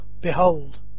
behold